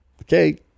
Okay